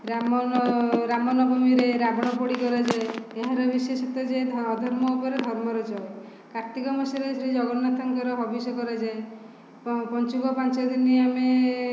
ରାମ ନ ରାମନବମୀରେ ରାବଣ ପୋଡ଼ି କରାଯାଏ ଏହାର ବିଶେଷତ୍ୱ ଯେ ଅଧର୍ମ ଉପରେ ଧର୍ମର ଜୟ କାର୍ତ୍ତିକ ମାସରେ ଶ୍ରୀ ଜଗନ୍ନାଥଙ୍କର ହବିଷ କରାଯାଏ ପଞ୍ଚୁକ ପାଞ୍ଚଦିନ ଆମେ